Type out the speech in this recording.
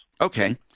Okay